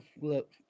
look